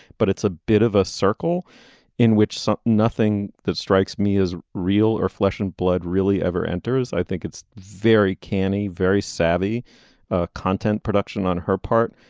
but it's a bit of a circle in which so nothing that strikes me as real or flesh and blood really ever enters. i think it's very canny very savvy content production on her part.